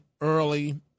early